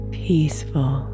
peaceful